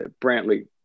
Brantley